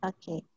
Okay